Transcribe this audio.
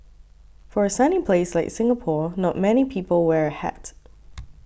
for a sunny place like Singapore not many people wear a hat